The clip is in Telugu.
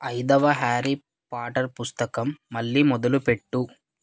ఐదవ హ్యారీ పాటర్ పుస్తకం మళ్ళీ మొదలుపెట్టు